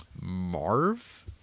Marv